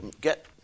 get